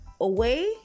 away